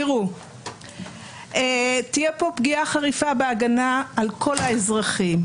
תהיה פה פגיעה חריפה בהגנה על כל האזרחים,